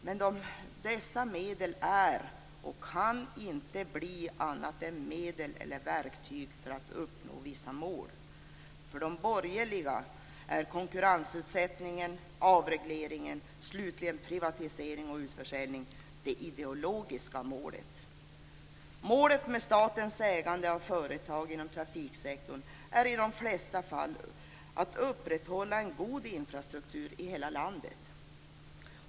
Men dessa åtgärder är medel och kan inte bli annat än medel eller verktyg för att uppnå vissa mål. För de borgerliga är konkurrensutsättning, avreglering och slutligen privatisering och utförsäljning det ideologiska målet. Målet med statens ägande av företag inom trafiksektorn är i de flesta fall att upprätthålla en god infrastruktur i hela landet.